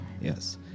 yes